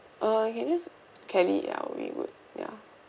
uh can just kelly ya would be good ya